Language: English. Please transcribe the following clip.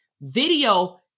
video